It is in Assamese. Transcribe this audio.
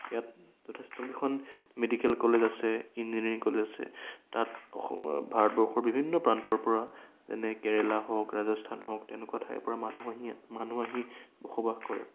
ইয়াৰ যথেষ্ট কেইখন মেডিকেল কলেজ আছে ইঞ্জিনিয়াৰিং কলেজ আছে তাত ভাৰতবৰ্ষৰ বিভিন্ন প্ৰান্তৰ পৰা যেনে কেৰেলা হওক ৰাজস্থান হওক তেনেকুৱা ঠাইৰ পৰা মানুহ আহি ইয়াত মানুহ আহি বসবাস কৰে